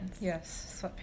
Yes